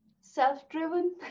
self-driven